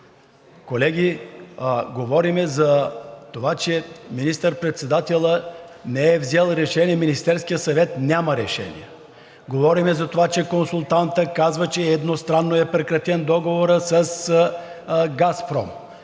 Колеги, говорим за това, че министър-председателят не е взел решение – Министерският съвет няма решение. Говорим за това, че консултантът казва, че едностранно е прекратен Договорът с „Газпром“.